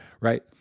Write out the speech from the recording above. right